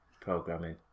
programming